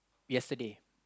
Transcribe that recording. yesterday